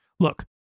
Look